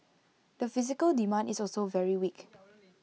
the physical demand is also very weak